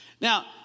Now